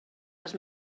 les